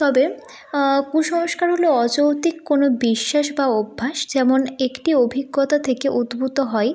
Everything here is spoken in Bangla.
তবে কুসংস্কার হল অযৌক্তিক কোনো বিশ্বাস বা অভ্যাস যেমন একটি অভিজ্ঞতা থেকে উদ্ভূত হয়